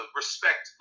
respect